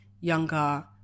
younger